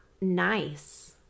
nice